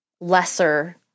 lesser –